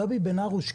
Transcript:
גבי בן הרוש,